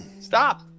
Stop